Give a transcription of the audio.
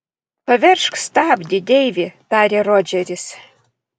paveržk stabdį deivi tarė rodžeris